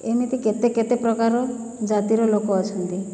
ଏମିତି କେତେ କେତେ ପ୍ରକାର ଜାତିର ଲୋକ ଅଛନ୍ତି